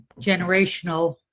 generational